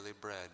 bread